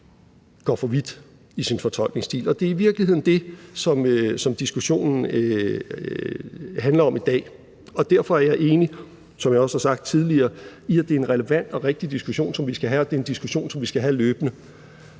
går for vidt i sin fortolkningsstil. Og det er i virkeligheden det, som diskussionen handler om i dag. Kl. 14:46 Derfor er jeg enig, som jeg også har sagt tidligere, i, at det er en relevant og rigtig diskussion, som vi skal have, og at det er en diskussion, som vi skal have løbende.